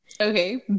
okay